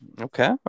Okay